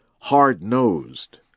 hard-nosed